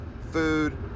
Food